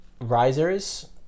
risers